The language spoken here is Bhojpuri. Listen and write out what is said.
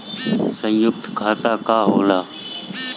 सयुक्त खाता का होला?